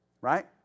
Right